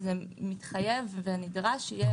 מתחייב ונדרש שיהיה.